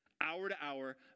hour-to-hour